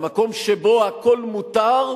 במקום שבו הכול מותר,